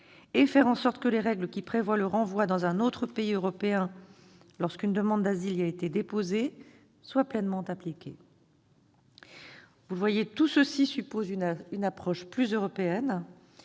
en faisant en sorte que les règles qui prévoient le renvoi dans un autre pays européen lorsqu'une demande d'asile y a été déposée soient pleinement appliquées. Vous le voyez, tout cela suppose une approche plus européenne.